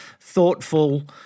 thoughtful